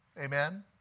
Amen